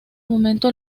momento